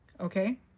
Okay